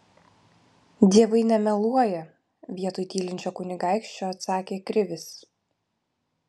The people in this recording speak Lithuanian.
dievai nemeluoja vietoj tylinčio kunigaikščio atsakė krivis